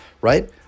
right